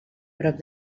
prop